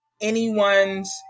anyone's